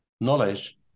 knowledge